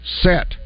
set